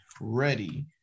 ready